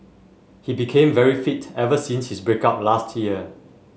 he became very fit ever since his break up last year